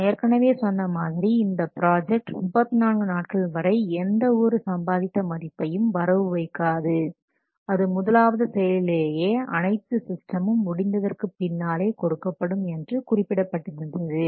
நான் ஏற்கனவே சொன்ன மாதிரி இந்த ப்ராஜெக்ட் 34 நாட்கள் வரை எந்த ஒரு சம்பாதித்த மதிப்பையும் வரவு வைக்காது அது முதலாவது செயலிலேயே அனைத்து சிஸ்டமும் முடிந்ததற்கு பின்னாலே கொடுக்கப்படும் என்று குறிப்பிடப்பட்டிருந்தது